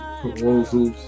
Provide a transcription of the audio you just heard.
proposals